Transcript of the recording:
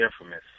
infamous